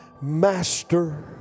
Master